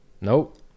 Nope